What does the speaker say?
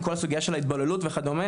עם כל הסוגייה של התבוללות וכדומה,